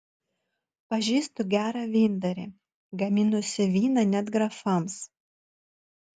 pažįstu gerą vyndarį gaminusi vyną net grafams